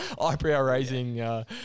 eyebrow-raising